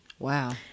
Wow